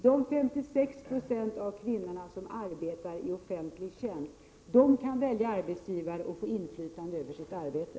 De 56 90 av kvinnorna som nu arbetar i offentlig tjänst skulle då kunna välja arbetsgivare och få inflytande över sitt arbete.